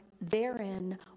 therein